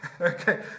okay